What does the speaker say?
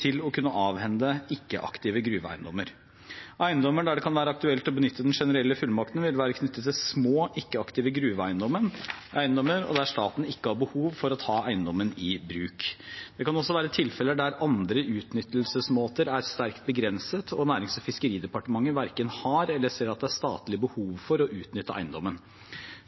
til å kunne avhende ikke-aktive gruveeiendommer. Eiendommer der det kan være aktuelt å benytte den generelle fullmakten, vil være knyttet til små, ikke-aktive gruveeiendommer der staten ikke har behov for å ta eiendommen i bruk. Det kan også være tilfeller der andre utnyttelsesmåter er sterkt begrenset og Nærings- og fiskeridepartementet verken har eller ser at det er statlig behov for å utnytte eiendommen.